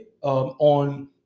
on